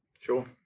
Sure